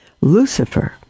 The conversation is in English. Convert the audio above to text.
Lucifer